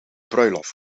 bruiloft